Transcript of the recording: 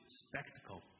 spectacle